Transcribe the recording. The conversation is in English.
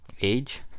age